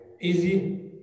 easy